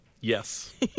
Yes